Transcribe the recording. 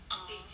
oh